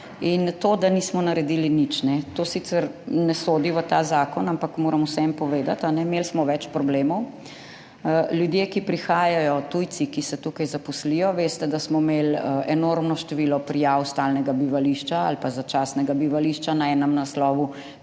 In to, da nismo naredili nič. To sicer ne sodi v ta zakon, ampak moram vseeno povedati. Imeli smo več problemov. Ljudje, ki prihajajo, tujci, ki se tukaj zaposlijo, veste, da smo imeli enormno število prijav stalnega bivališča ali pa začasnega bivališča, na enem naslovu